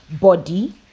body